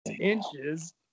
inches